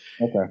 Okay